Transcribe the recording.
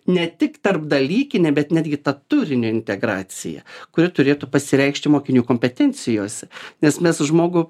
ne tik tarpdalykinė bet netgi ta turinio integracija kuri turėtų pasireikšti mokinių kompetencijose nes mes žmogų